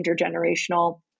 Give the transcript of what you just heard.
intergenerational